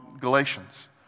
Galatians